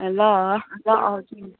ल ल आउँछु नि